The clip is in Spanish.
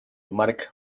marc